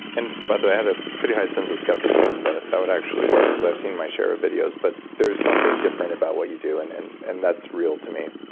and by the way, i had a pretty high sense of skepticism that that would actually work, because i've seen my share of videos, but there's something different about what you do, and and and that's real to me.